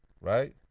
Right